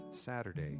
Saturday